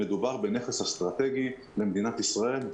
מדובר בנכס אסטרטגי למדינת ישראל,